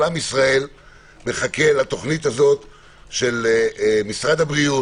כל עם ישראל מחכה לתוכנית הזו של משרד הבריאות,